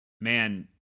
man